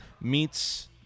meets